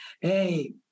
hey